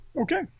Okay